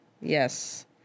Yes